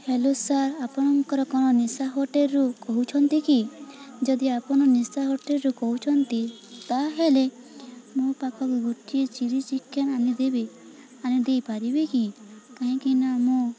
hello sir ଆପଣଙ୍କର କ'ଣ ନିଶା ହୋଟେଲରୁ କହୁଛନ୍ତି କି ଯଦି ଆପଣ ନିଶା ହୋଟେଲରୁ କହୁଛନ୍ତି ତା'ହେଲେ ମୋ ପାଖକୁ ଗୋଟିଏ ଚିଲି ଚିକେନ ଆଣିଦେବେ ଆଣି ଦେଇପାରିବେ କି କାହିଁକି ନା ମୁଁ